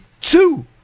two